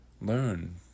learn